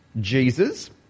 Jesus